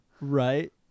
Right